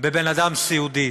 בבן אדם סיעודי.